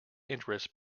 interest